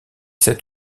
sept